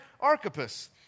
Archippus